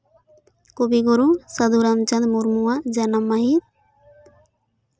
ᱠᱚᱵᱤ ᱜᱩᱨᱩ ᱥᱟᱹᱫᱷᱩ ᱨᱟᱢᱪᱟᱸᱫᱽ ᱢᱩᱨᱢᱩ ᱟᱜ ᱡᱟᱱᱟᱢ ᱢᱟᱹᱦᱤᱛ